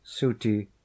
Suti